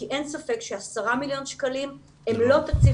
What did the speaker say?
כי אין ספק ש-10 מיליון שקלים הם לא תקציב